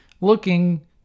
looking